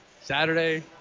Saturday